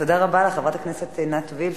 תודה רבה לך, חברת הכנסת עינת וילף.